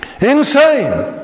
insane